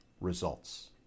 results